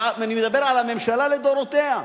ואני מדבר על הממשלה לדורותיה.